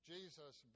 Jesus